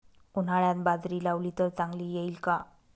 उन्हाळ्यात बाजरी लावली तर चांगली येईल का?